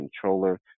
Controller